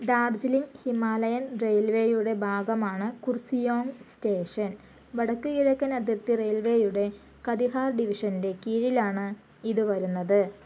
ഡാർജിലിംഗ് ഹിമാലയൻ റെയിൽവേയുടെ ഭാഗമാണ് കുർസിയോങ് സ്റ്റേഷൻ വടക്കുകിഴക്കൻ അതിർത്തി റെയിൽവേയുടെ കതിഹാർ ഡിവിഷൻ്റെ കീഴിലാണ് ഇത് വരുന്നത്